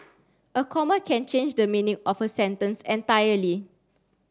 a comma can change the meaning of a sentence entirely